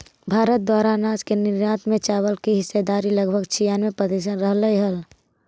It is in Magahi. भारत द्वारा अनाज के निर्यात में चावल की हिस्सेदारी लगभग छियानवे प्रतिसत रहलइ हल